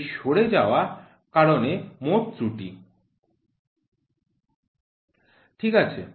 এই সরে যাওয়ার কারণে মোট ত্রুটি ঠিক আছে